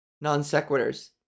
non-sequiturs